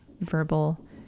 verbal